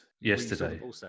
yesterday